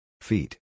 Feet